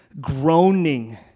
groaning